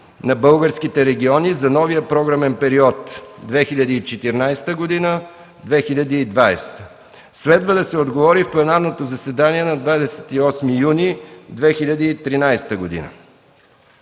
на българските региони за новия програмен период 2014-2020 г. Следва да се отговори в пленарното заседание на 28 юни 2013 г.;